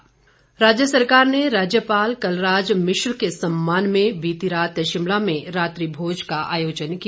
रात्रि भोज राज्य सरकार ने राज्यपाल कलराज मिश्र के सम्मान में बीती रात शिमला में रात्रि भोज का आयोजन किया